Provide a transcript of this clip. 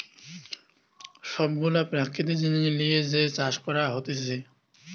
সব গুলা প্রাকৃতিক জিনিস লিয়ে যে চাষ করা হতিছে